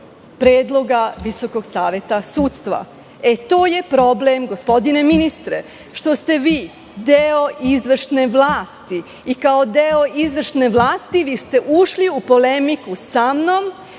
predloga Visokog saveta sudstva. To je problem, gospodine ministre, što ste vi deo izvršne vlasti i kao deo izvršne vlasti vi ste ušli u polemiku samnom